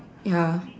ya